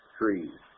trees